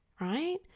right